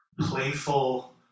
playful